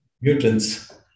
Mutants